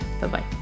Bye-bye